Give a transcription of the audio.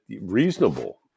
reasonable